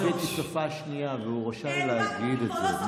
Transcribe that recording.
ערבית היא שפה שנייה, והוא רשאי להגיד את זה.